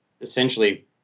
essentially